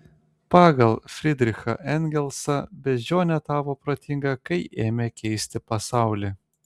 pagal fridrichą engelsą beždžionė tapo protinga kai ėmė keisti pasaulį